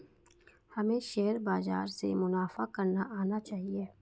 हमें शेयर बाजार से मुनाफा करना आना चाहिए